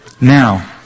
now